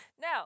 Now